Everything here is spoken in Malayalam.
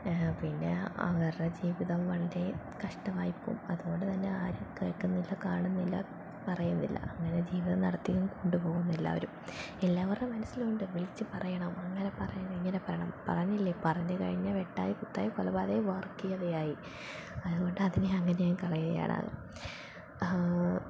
പിന്നെ അവരുടെ ജീവിതം വളരെ കഷ്ടമായി പോകും അതുകൊണ്ട് തന്നെ ആരും കേൾക്കുന്നില്ല കാണുന്നില്ല പറയുന്നില്ല അങ്ങനെ ജീവിതം നടത്തിയങ്ങ് കൊണ്ടു പോകുന്നെല്ലാവരും എല്ലാവരുടെ മനസ്സിലുണ്ട് വിളിച്ച് പറയണം അങ്ങനെ പറയണം ഇങ്ങനെ പറയണം പറഞ്ഞില്ലേ പറഞ്ഞ് കഴിഞ്ഞ വെട്ടായി കുത്തായി കൊലപാതകി വർഗീയതായി അതുകൊണ്ട് അതിനെ അങ്ങനെയങ്ങ് കളയുകയാണത്